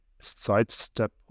sidestep